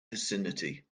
vicinity